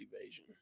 evasion